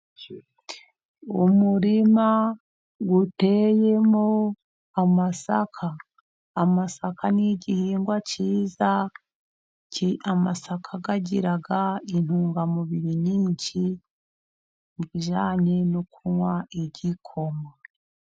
Umurima uteyemo amasaka. Amasaka ni igihingwa cyiza, amasaka agira intungamubiri nyinshi mu bijyanye no kunywa igikoma.